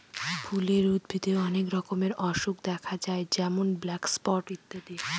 ফুলের উদ্ভিদে অনেক রকমের অসুখ দেখা যায় যেমন ব্ল্যাক স্পট ইত্যাদি